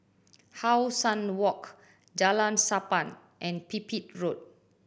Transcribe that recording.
How Sun Walk Jalan Sappan and Pipit Road